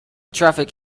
traffic